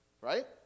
Right